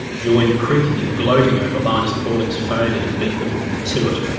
joined crick in gloating over linus pauling's failure to beat them to it,